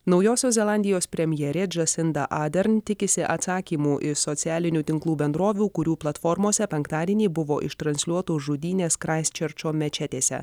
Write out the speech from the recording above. naujosios zelandijos premjerė džasinda adern tikisi atsakymų į socialinių tinklų bendrovių kurių platformose penktadienį buvo ištransliuotos žudynės kraiščerčo mečetėse